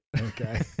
Okay